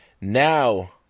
Now